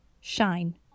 Shine